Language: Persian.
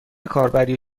کاربری